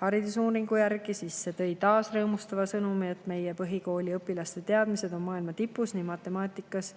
haridusuuringu järgi, siis see tõi taas rõõmustava sõnumi, et meie põhikooliõpilaste teadmised on maailma tipus nii matemaatikas